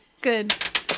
good